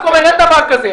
אין דבר כזה.